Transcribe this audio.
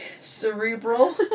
cerebral